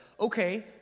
Okay